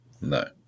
No